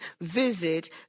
visit